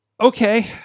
okay